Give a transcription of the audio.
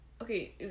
okay